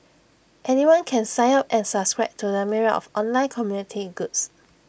anyone can sign up and subscribe to the myriad of online community groups